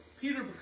Peter